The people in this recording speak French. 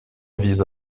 vise